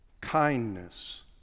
kindness